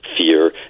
fear